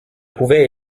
pouvait